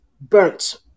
burnt